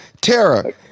Tara